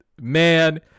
man